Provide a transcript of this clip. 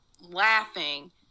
laughing